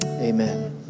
amen